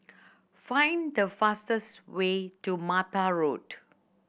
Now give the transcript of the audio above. find the fastest way to Mata Road